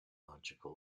logical